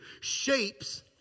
shapes